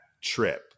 trip